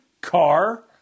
Car